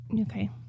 okay